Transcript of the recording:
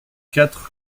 quatre